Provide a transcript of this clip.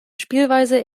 spielweise